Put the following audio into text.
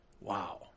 Wow